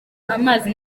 amazi